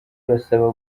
basaba